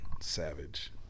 savage